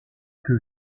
que